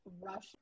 rush